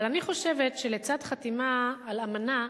אבל אני חושבת שלצד חתימה על אמנה,